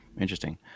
Interesting